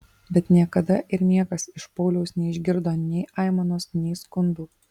bet niekada ir niekas iš pauliaus neišgirdo nei aimanos nei skundų